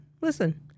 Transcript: listen